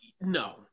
no